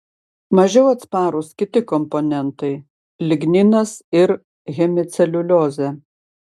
mažiau atsparūs kiti komponentai ligninas ir hemiceliuliozė